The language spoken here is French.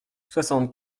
soixante